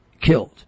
killed